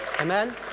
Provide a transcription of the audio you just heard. Amen